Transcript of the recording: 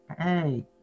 hey